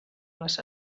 les